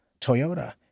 Toyota